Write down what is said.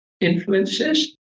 influences